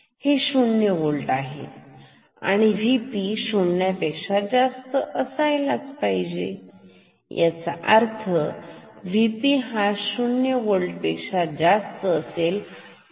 हे आहे 0 होल्ट तर Vp शून्यापेक्ष्या जास्त असायला पाहिजे ह्याचा अर्थ Vp हा 0 व्होल्ट पेक्षा जास्त असेल